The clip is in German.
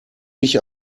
mich